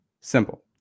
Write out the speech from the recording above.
simple